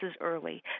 early